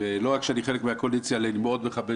ולא רק שאני חלק מהקואליציה אני גם מאוד מכבד